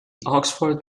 oxford